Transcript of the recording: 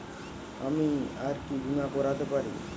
আমি আর কি বীমা করাতে পারি?